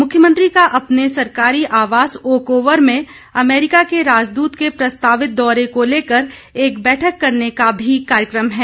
मुख्यमंत्री का अपने सरकारी आवास ओक ओवर में अमेरिका के राजदूत के प्रस्तावित दौरे को लेकर एक बैठक करने का भी कार्यक्रम है